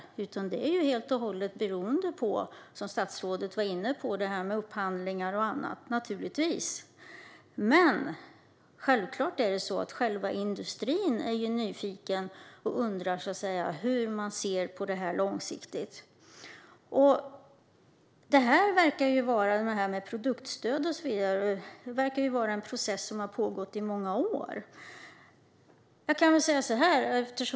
Det är naturligtvis helt och hållet beroende på, som statsrådet var inne på, upphandlingar och annat. Men självklart är själva industrin nyfiken och undrar hur man ser på detta långsiktigt. Detta med produktstöd och så vidare verkar ju vara en process som har pågått i många år.